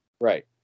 Right